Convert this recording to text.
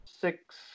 six